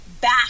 back